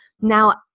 now